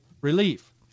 relief